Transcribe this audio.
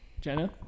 Jenna